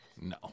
No